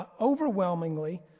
overwhelmingly